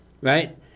right